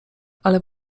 ale